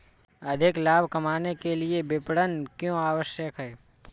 अधिक लाभ कमाने के लिए विपणन क्यो आवश्यक है?